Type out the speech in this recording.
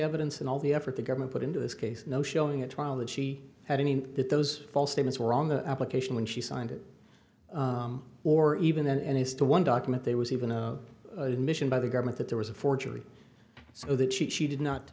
evidence and all the effort the government put into this case no showing at trial that she had any that those false statements were on the application when she signed it or even and it's to one document there was even a mission by the government that there was a forgery so that she did not